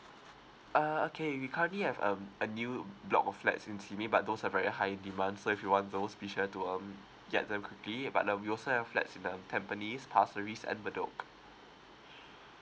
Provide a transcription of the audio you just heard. uh okay we currently have um a new block of flats in but those are very high in demand so if you want those be sure to um get them quickly but uh we also have flats in um tampines pasir ris and bedok